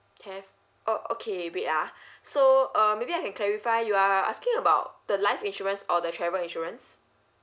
caf~ oh okay wait ah so uh maybe I can clarify you are asking about the life insurance or the travel insurance